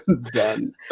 Done